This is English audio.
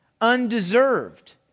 undeserved